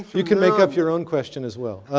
you can make up your own question as well.